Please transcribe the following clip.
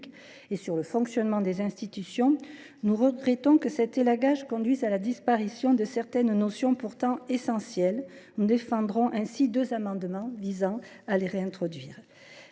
que sur le fonctionnement des institutions, nous regrettons que cet élagage conduise à la disparition de certaines notions pourtant essentielles. Nous défendrons ainsi deux amendements visant à les réintroduire.